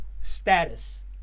status